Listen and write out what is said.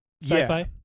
sci-fi